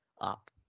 up